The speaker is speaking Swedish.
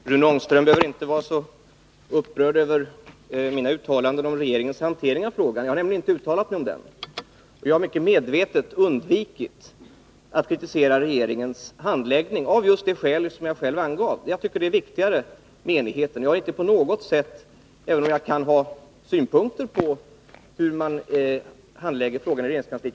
Herr talman! Rune Ångström behöver inte vara så upprörd över mina uttalanden om regeringens hantering av frågan. Jag har nämligen inte uttalat mig om den. Jag har medvetet undvikit att kritisera regeringens handläggning, av just det skäl som jag själv angav. Jag tycker att det är viktigare med enigheten. Jag har inte på något sätt velat ta upp en debatt om detta här, även om jag kan ha synpunkter på hur man handlägger frågan i regeringskansliet.